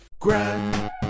Grand